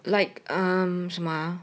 like um 什么 ah